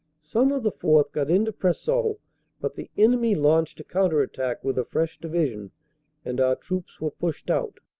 some of the fourth. got into preseau, but the enemy launched a counter-attack with a fresh division and our troops were pushed out.